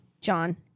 John